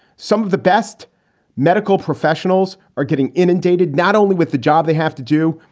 some of the best medical professionals are getting inundated not only with the job they have to do,